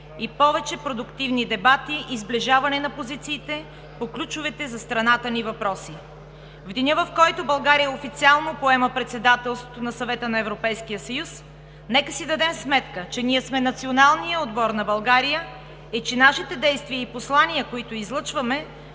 и повече продуктивни дебати и сближаване на позициите по ключовите за страната ни въпроси. В деня, в който България официално поема председателството на Съвета на Европейския съюз, нека си дадем сметка, че ние сме националният отбор на България и че нашите действия и послания, които излъчваме,